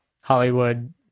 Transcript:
Hollywood